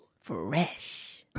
Fresh